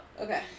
Okay